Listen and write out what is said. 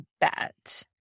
bet